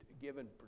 given